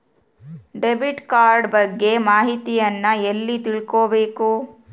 Debit card ಬಗ್ಗೆ ಮಾಹಿತಿಯನ್ನ ಎಲ್ಲಿ ತಿಳ್ಕೊಬೇಕು?